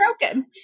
broken